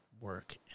work